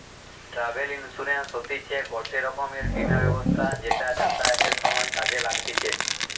travel insurance হতিছে গটে রকমের বীমা ব্যবস্থা যেটা যাতায়াতের সময় কাজে লাগতিছে